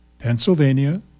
Pennsylvania